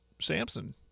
Samson